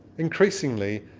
increasingly,